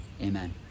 Amen